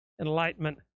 enlightenment